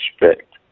respect